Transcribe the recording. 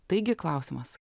taigi klausimas